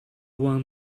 want